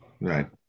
Right